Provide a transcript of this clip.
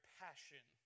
passion